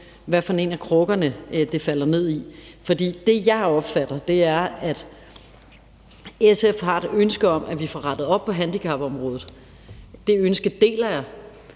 hvad for en af krukkerne, det falder ned i. For som jeg opfatter det, har SF har ønske om, at vi får rettet op på handicapområdet. Det ønske deler jeg.